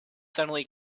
suddenly